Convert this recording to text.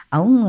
ông